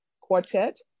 quartet